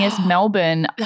Melbourne